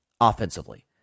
offensively